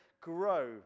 grow